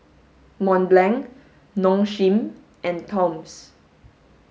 Mont Blanc Nong Shim and Toms